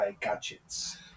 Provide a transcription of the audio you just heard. gadgets